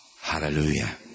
Hallelujah